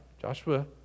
Joshua